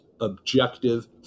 objective